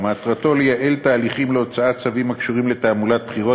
מטרתו לייעל את ההליכים להוצאת צווים הקשורים לתעמולת בחירות,